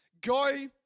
Go